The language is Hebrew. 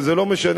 וזה לא משנה,